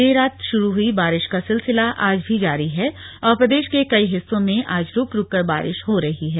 देर रात शुरू हुई बारिश का सिलसिला आज भी जारी है और प्रदेश के कई हिस्सों में आज रूक रूककर बारिश हो रही है